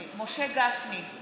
משה גפני,